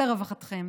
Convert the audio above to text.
לרווחתכם